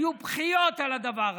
היו בכיות על הדבר הזה.